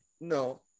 no